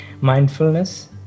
mindfulness